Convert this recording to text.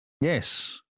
Yes